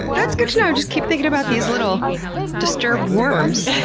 that's good to know. i just keep thinking about these little disturbed worms.